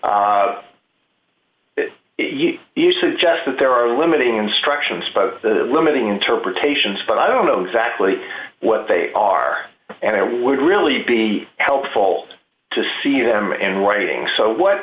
innocuous you suggest that there are limited instructions by the limiting interpretations but i don't know exactly what they are and i would really be helpful to see them in writing so what